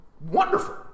wonderful